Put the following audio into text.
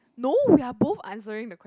no we are both answering the questions